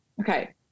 okay